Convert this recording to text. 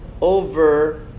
over